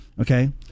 Okay